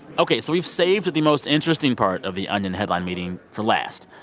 ok. so we've saved that the most interesting part of the onion headline meeting for last.